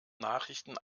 nachrichten